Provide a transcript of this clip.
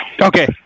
Okay